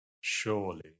Surely